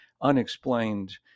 unexplained